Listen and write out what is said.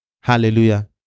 Hallelujah